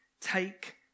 Take